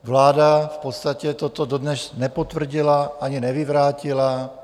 Vláda v podstatě toto dodnes nepotvrdila ani nevyvrátila.